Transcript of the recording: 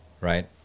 Right